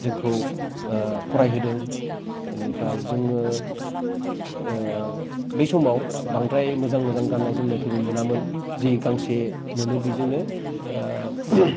जोंखौ फरायहोदों बेनिफ्राय जोङो बै समाव बांद्राय मोजां मोजां गान्नाय जोमनायफोरबो मोनामोन जि गांसे मोनो बेजोंनो